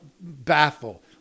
baffle